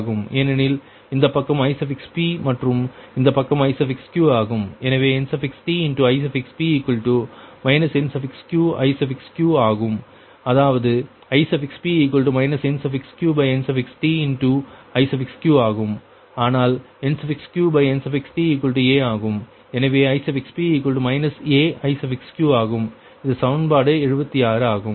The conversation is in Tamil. ஏனெனில் இந்த பக்கம் Ip மற்றும் இந்த பக்கம் Iq ஆகும் எனவே NtIp NqIq ஆகும் அதாவது Ip NqNtIq ஆகும் ஆனால் NqNta ஆகும் எனவே Ip aIq ஆகும் இது சமன்பாடு 76 ஆகும்